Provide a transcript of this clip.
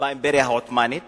באימפריה העות'מאנית